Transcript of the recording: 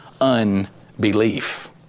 unbelief